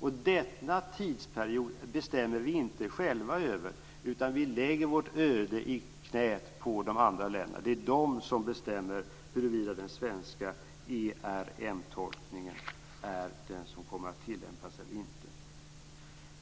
Och denna tidsperiod bestämmer vi inte själva över, utan vi lägger vårt öde i de andra ländernas knä. Det är de som bestämmer huruvida den svenska ERM-tolkningen är den som kommer att tillämpas eller inte.